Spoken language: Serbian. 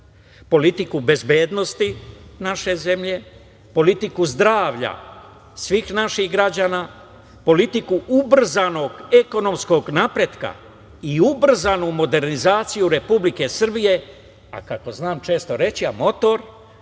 politiku bezbednosti naše zemlje, politiku zdravlja svih naših građana, politiku ubrzanog ekonomskog napretka i ubrzanu modernizaciju Republike Srbije, a kako znam često reći, a motor